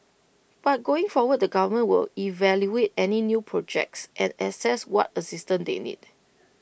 but going forward the government will evaluate any new projects and assess what assistant they need